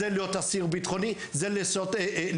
זה להיות אסיר בטחוני, זה להיות מחבל